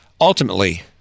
ultimately